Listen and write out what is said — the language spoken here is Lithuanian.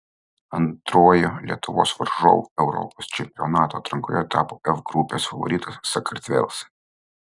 antruoju lietuvos varžovu europos čempionato atrankoje tapo f grupės favoritas sakartvelas